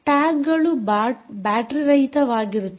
ಟ್ಯಾಗ್ಗಳು ಬ್ಯಾಟರೀ ರಹಿತವಾಗಿರುತ್ತವೆ